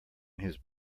his